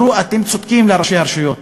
ואמרו לראשי הרשויות: